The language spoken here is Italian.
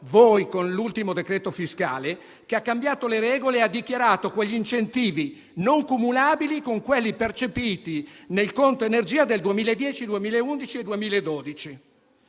voi con l'ultimo decreto fiscale - che ha dichiarato quegli incentivi non cumulabili con quelli percepiti nel conto energia del 2010, 2011 e 2012.